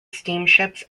steamships